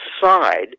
side